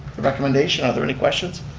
the recommendation are there any questions?